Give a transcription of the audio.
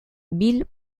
bill